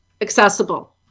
accessible